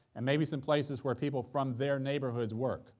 and maybe some places where people from their neighborhoods work